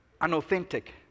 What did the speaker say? unauthentic